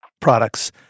products